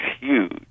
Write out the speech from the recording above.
huge